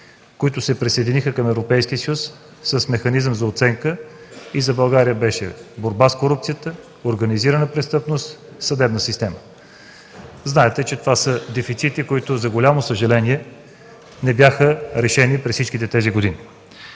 които се присъединаха към Европейския съюз с механизъм за оценка, и за България беше – борба с корупцията, организирана престъпност, съдебна система. Знаете, че това са дефицити, които, за голямо съжаление, не бяха решени през всичките тези години.